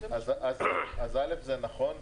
אז א', זה נכון.